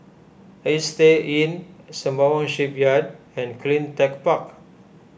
Istay Inn Sembawang Shipyard and CleanTech Park